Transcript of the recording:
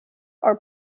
are